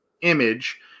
image